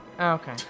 Okay